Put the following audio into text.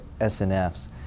SNFs